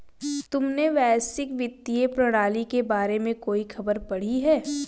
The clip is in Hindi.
तुमने वैश्विक वित्तीय प्रणाली के बारे में कोई खबर पढ़ी है?